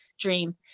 dream